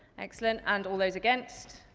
like so and and all those against?